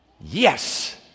yes